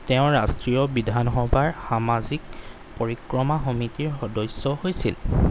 তেওঁ ৰাষ্ট্ৰীয় বিধানসভাৰ সামাজিক পৰিক্ৰমা সমিতিৰ সদস্য হৈছিল